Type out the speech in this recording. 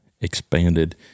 expanded